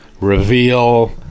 reveal